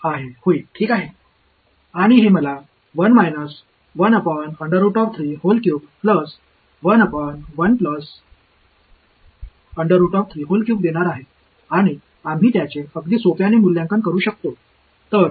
எனவே இதை இங்கே மதிப்பீடு செய்வோம் எனவே அதன் பொது சூத்திரத்தின் தொகையாக இருக்கப் போகிறேன்